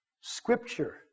Scripture